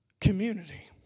community